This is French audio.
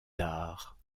d’arts